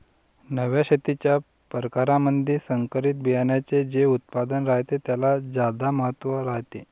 नव्या शेतीच्या परकारामंधी संकरित बियान्याचे जे उत्पादन रायते त्याले ज्यादा महत्त्व रायते